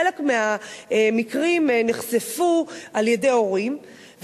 חלק מהמקרים ייחשפו על-ידי הורים,